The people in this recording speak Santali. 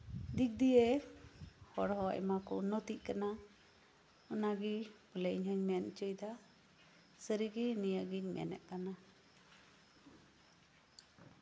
ᱦᱚᱲ ᱦᱚᱸ ᱟᱭᱢᱟ ᱠᱚ ᱩᱱᱱᱚᱛᱤᱜ ᱠᱟᱱᱟ ᱶᱚᱱᱟᱜᱮ ᱵᱚᱞᱮ ᱤᱧ ᱦᱚᱸᱧ ᱢᱮᱱ ᱦᱚᱪᱚᱭ ᱫᱟ ᱥᱟᱨᱤᱜᱮ ᱵᱚᱞᱮ ᱱᱚᱣᱟᱜᱤᱧ ᱢᱮᱱᱮᱛ ᱠᱟᱱᱟ